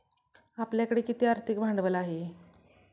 आपल्याकडे किती आर्थिक भांडवल आहे?